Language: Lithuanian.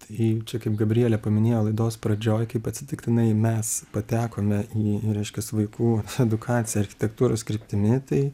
i čia kaip gabrielė paminėjo laidos pradžioj kaip atsitiktinai mes patekome į reiškias vaikų edukaciją architektūros kryptimi tai